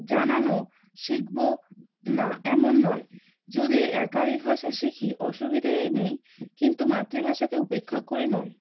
জানানো শিখব না এমন নয় যদি একাধিক ভাষা শিখি অসুবিধেই নেই কিন্তু মাতৃভাষাকে উপেক্ষা করে নয়